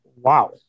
Wow